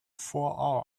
four